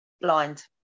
Blind